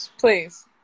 Please